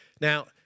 Now